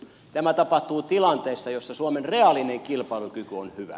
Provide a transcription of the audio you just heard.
tämä tapahtuu tilanteessa jossa suomen reaalinen kilpailukyky on hyvä